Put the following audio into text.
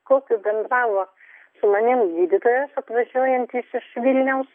kokiu bendravo su manim gydytojas atvažiuojantis iš vilniaus